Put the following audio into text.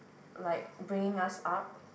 like bringing us up